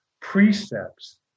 precepts